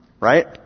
right